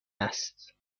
است